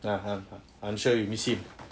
ya I'm I'm sure you miss him